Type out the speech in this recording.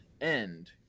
end